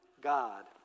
God